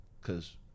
Cause